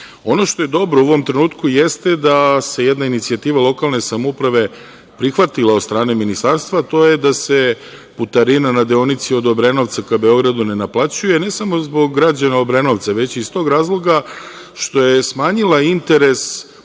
što je dobro u ovom trenutku jeste da se jedna inicijativa lokalne samouprave prihvatila od strane Ministarstva, a to je da se putarina na deonici od Obrenovca ka Beogradu, ne naplaćuje ne samo zbog građana Obrenovca već iz tog razloga što je smanjila interes onih